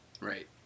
Right